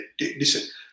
Listen